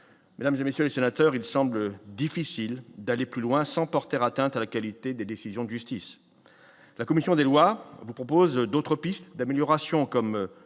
mesdames et messieurs les sénateurs, il semble difficile d'aller plus loin sans Porter atteinte à la qualité des décisions de justice, la commission des lois vous propose d'autres pistes d'amélioration comme